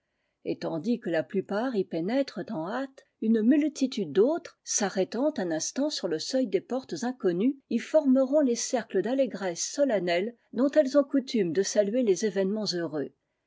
et tandis que h plupart y pénètrent en hâte une multitude d'autres s'arrêtant un instant sur le seuil des portes incounues y formeront les cercles d'allégresse solennelle dont elles ont coutume de saluer les événements heureux